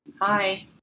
Hi